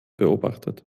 beobachtet